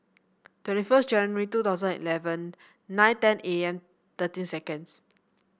twenty first January two thousand eleven nine ten A M thirteen seconds